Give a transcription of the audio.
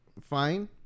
fine